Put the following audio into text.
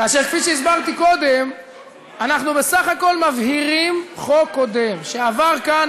כאשר כפי שהסברתי קודם אנחנו בסך הכול מבהירים חוק קודם שעבר כאן,